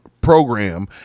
program